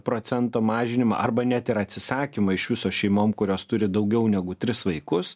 procento mažinimą arba net ir atsisakymai iš viso šeimom kurios turi daugiau negu tris vaikus